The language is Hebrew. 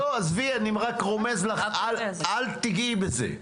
איך אמרתי אל תגעי בזה.